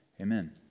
Amen